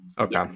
Okay